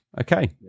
Okay